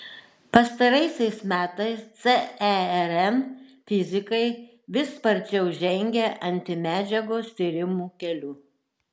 pastaraisiais metais cern fizikai vis sparčiau žengia antimedžiagos tyrimų keliu